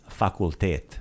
facultet